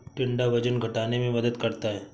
टिंडा वजन घटाने में मदद करता है